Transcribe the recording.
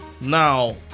now